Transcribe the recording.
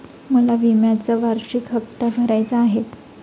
मला विम्याचा वार्षिक हप्ता भरायचा आहे